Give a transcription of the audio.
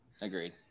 Agreed